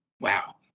wow